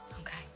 Okay